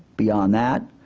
beyond that,